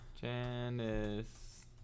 Janice